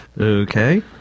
Okay